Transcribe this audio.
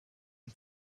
and